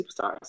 superstars